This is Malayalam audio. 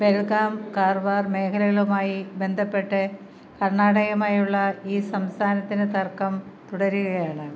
ബെൽഗാം കാർവാർ മേഖലകളുമായി ബന്ധപ്പെട്ട് കർണ്ണാടകയുമായുള്ള ഈ സംസ്ഥാനത്തിന്റെ തർക്കം തുടരുകയാണ്